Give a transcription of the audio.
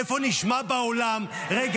איפה נשמע בעולם --- נו,